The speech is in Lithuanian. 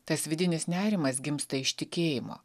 tas vidinis nerimas gimsta iš tikėjimo